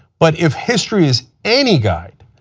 but if history is any guide,